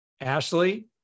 Ashley